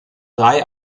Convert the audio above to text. drei